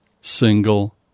single